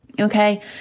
Okay